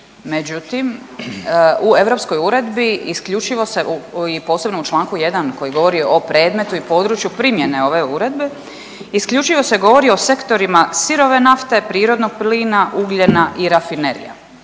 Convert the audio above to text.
međutim u europskoj uredbi isključivo se i posebno u čl. 1. koji govori o predmetu i području primjene ove uredbe isključivo se govori o sektorima sirove nafte, prirodnog plina, ugljena i rafinerija.